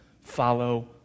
follow